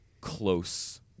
close